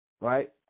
right